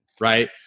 right